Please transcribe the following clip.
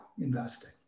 investing